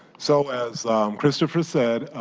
so as christopher said,